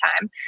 time